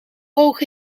hoog